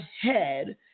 head